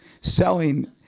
selling